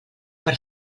per